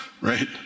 right